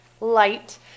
light